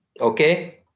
Okay